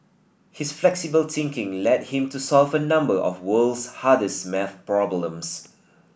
his flexible thinking led him to solve a number of world's hardest math problems